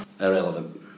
Irrelevant